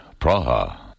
Praha